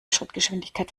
schrittgeschwindigkeit